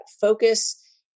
focus